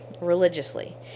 religiously